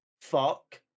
fuck